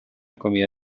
comida